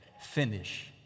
finish